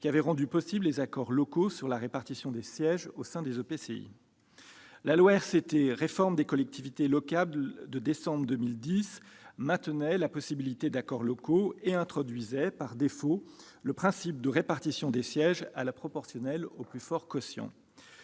qui avait rendu possible les accords locaux sur la répartition des sièges au sein des organes délibérants des EPCI. La loi dite RCT de réforme des collectivités territoriales de décembre 2010 maintenait la possibilité d'accords locaux et introduisait par défaut le principe de répartition des sièges à la proportionnelle au plus fort quotient.